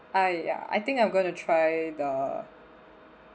!aiya! I think I'm gonna try the